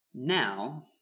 Now